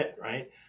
Right